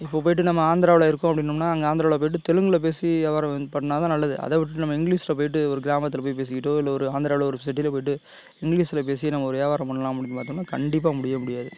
இப்போ போயிட்டு நம்ம ஆந்திராவில் இருக்கோம் அப்படின்னோம்னா அங்கே ஆந்திராவில் போய்விட்டு தெலுங்கில் பேசி வியாபாரம் வந் பண்ணா தான் நல்லது அதை விட்டுவிட்டு நம்ம இங்கிலிஷில் போயிவிட்டு ஒரு கிராமத்தில் போய் பேசிட்டோ இல்லை ஒரு ஆந்திராவில் ஒரு சிட்டியில போயிவிட்டு இங்கிலிஷில் பேசி நம்ம ஒரு வியாபாரம் பண்ணலாம் அப்படின்னு பார்த்தோம்னா கண்டிப்பாக முடியே முடியாது